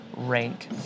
rank